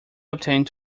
obtained